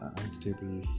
unstable